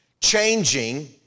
changing